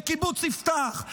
בקיבוץ יפתח,